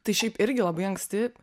tai šiaip irgi labai anksti